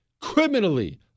Criminally